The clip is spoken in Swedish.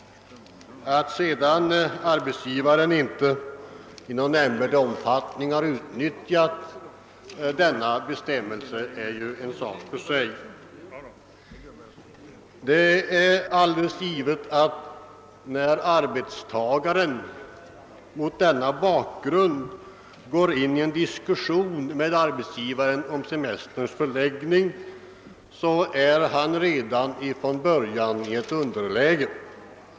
Att sedan arbetsgivarna inte i någon nämnvärd utsträckning utnyttjat denna sin rättighet är en sak för sig. När arbetstagaren tar upp en diskussion med arbetsgivaren om semesterns förläggning, befinner han sig mot denna bakgrund redan från början i ett underläge.